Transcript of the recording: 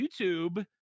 YouTube